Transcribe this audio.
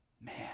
man